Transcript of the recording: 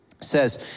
says